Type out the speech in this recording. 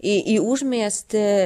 į į užmiestį